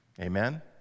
Amen